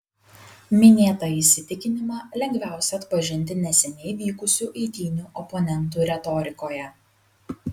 minėtą įsitikinimą lengviausia atpažinti neseniai vykusių eitynių oponentų retorikoje